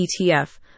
ETF